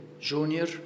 junior